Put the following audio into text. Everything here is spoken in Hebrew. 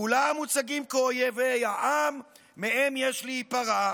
כולם מוצגים כאויבי העם שמהם יש להיפרע.